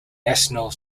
national